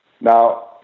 Now